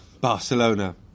Barcelona